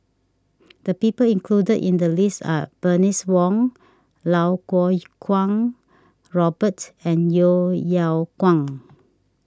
the people included in the list are Bernice Wong Lau Kuo Kwong Robert and Yeo Yeow Kwang